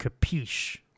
capiche